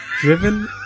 driven